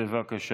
בבקשה.